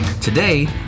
Today